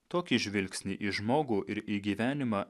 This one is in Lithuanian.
tokį žvilgsnį į žmogų ir į gyvenimą